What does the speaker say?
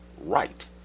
right